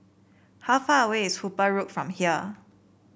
how far away is Hooper Road from here